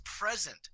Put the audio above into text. present